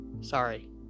Sorry